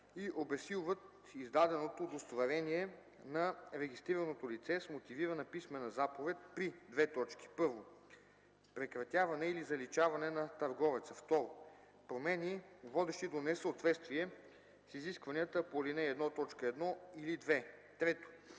и обезсилват издаденото удостоверение на регистрираното лице с мотивирана писмена заповед, при: 1. прекратяване или заличаване на търговеца; 2. промени, водещи до несъответствие с изискванията по ал. 1, т. 1 или 2; 3.